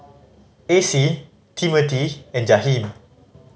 Acie Timothy and Jaheem